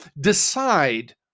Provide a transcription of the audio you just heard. decide